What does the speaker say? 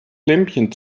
lämpchen